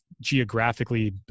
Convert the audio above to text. geographically